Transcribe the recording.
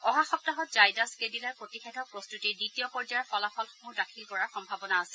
অহা সপ্তাহত জায়দাছ কেডিলাই প্ৰতিষেধক প্ৰস্তুতিৰ দ্বিতীয় পৰ্যায়ৰ ফলাফলসমূহ দাখিল কৰাৰ সম্ভাবনা আছে